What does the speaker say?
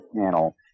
channel